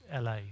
LA